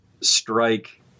strike